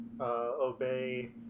Obey